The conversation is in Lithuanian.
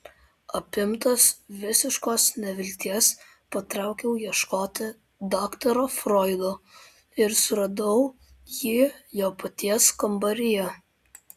apimtas visiškos nevilties patraukiau ieškoti daktaro froido ir suradau jį jo paties kambaryje